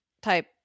type